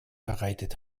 bereitet